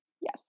Yes